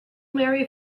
marry